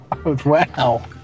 Wow